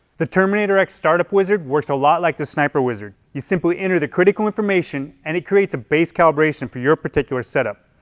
the terminator x startup wizard works a lot like the sniper wizard. you simply enter the critical information and it creates a base calibration for your particular setup.